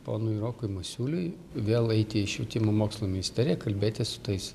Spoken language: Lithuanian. ponui rokui masiuliui vėl eiti į švietimo mokslo ministeriją kalbėtis su tais